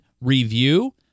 review